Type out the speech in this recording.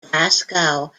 glasgow